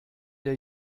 der